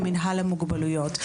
במינהל המוגבלויות.